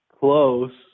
Close